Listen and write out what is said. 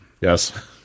Yes